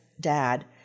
dad